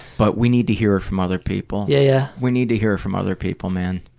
but we need to hear it from other people. yeah we need to hear it from other people, man.